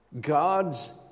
God's